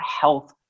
health